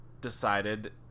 decided